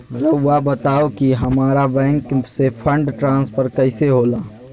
राउआ बताओ कि हामारा बैंक से फंड ट्रांसफर कैसे होला?